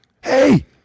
hey